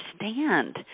understand